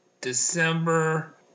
December